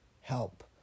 help